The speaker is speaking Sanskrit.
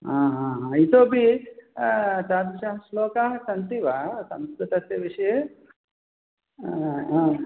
इतोपि तादृशाः श्लोकाः सन्ति वा संस्कृतस्य विषये